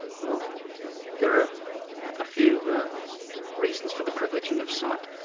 well there are a few reasons for the privileging of sight.